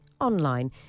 online